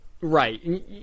Right